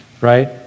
right